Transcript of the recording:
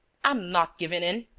i'm not giving in!